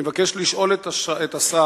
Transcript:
אני מבקש לשאול את השר: